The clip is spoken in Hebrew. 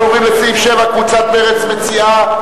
אנחנו עוברים לסעיף 7. קבוצת מרצ מציעה,